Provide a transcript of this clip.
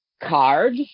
Card